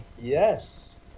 Yes